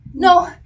No